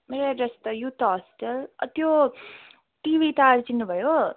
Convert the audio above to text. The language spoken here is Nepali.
मेरो एड्रेस त युथ होस्टेल त्यो टिभी टावर चिन्नुभयो